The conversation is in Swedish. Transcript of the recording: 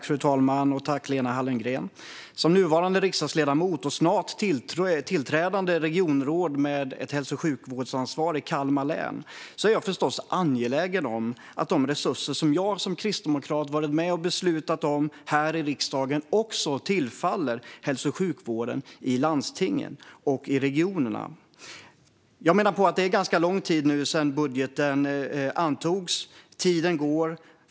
Fru talman! Som nuvarande riksdagsledamot och snart tillträdande regionråd med hälso och sjukvårdsansvar i Kalmar län är jag förstås angelägen om att de resurser som jag som kristdemokrat varit med och beslutat om här i riksdagen också tillfaller hälso och sjukvården i landstingen och regionerna. Jag menar att det nu har gått ganska lång tid sedan budgeten antogs, och tiden går.